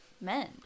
men